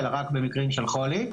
אלא רק במקרים של חולי.